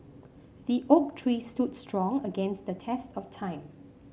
the oak tree stood strong against the test of time